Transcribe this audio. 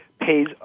Pays